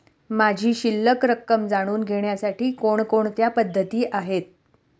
माझी शिल्लक रक्कम जाणून घेण्यासाठी कोणकोणत्या पद्धती आहेत?